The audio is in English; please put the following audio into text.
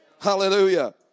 Hallelujah